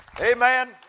Amen